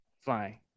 flying